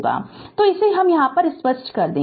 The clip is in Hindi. Refer Slide Time 0302 तो इसे हम यहाँ स्पष्ट कर दे